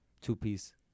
Two-Piece